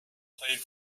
played